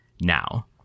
now